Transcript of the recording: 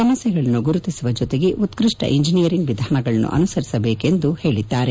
ಸಮಸ್ಥೆಗಳನ್ನು ಗುರುತಿಸುವ ಜೊತೆಗೆ ಉತ್ಪೃಷ್ಠ ಇಂಜನಿಯರಿಗ್ ವಿಧಾನಗಳನ್ನು ಅನುಸರಿಸಬೇಕು ಎಂದು ಸಚಿವ ಗಡ್ಕರಿ ಹೇಳಿದ್ದಾರೆ